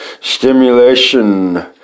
Stimulation